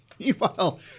Meanwhile